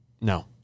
No